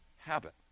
habit